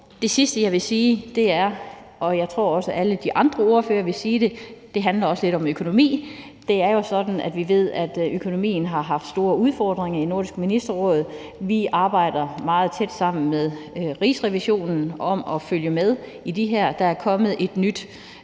Det sidste, jeg vil sige, er – og jeg tror også, at alle de andre ordførere vil sige det – at det også handler lidt om økonomi. Det er jo sådan, at vi ved, at økonomien har haft store udfordringer i Nordisk Ministerråd. Vi arbejder meget tæt sammen med Rigsrevisionen og følger med i arbejdet med et nyt